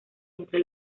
entre